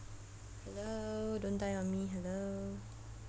hello don't die on me hello